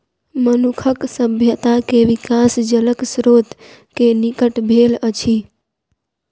मनुखक सभ्यता के विकास जलक स्त्रोत के निकट भेल अछि